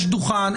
יש דוכן,